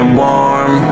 warm